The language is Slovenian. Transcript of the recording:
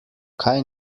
kaj